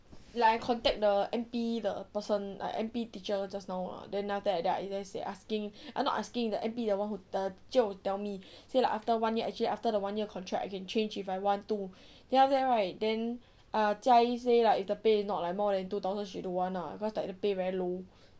like I contact the N_P the person the N_P teacher just now lah then after that like they say asking I'm not asking the N_P the one who the teacher who tell me say like after one year actually after the one year contract I can change if I want to then after that right then jia yi say like if the pay is not like more than two thousand she don't want lah cause like the pay like very low